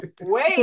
Wait